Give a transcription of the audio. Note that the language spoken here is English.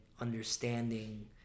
understanding